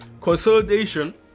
consolidation